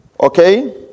okay